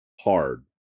hard